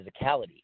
physicality